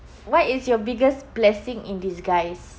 what is your biggest blessing in disguise